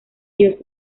dios